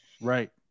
right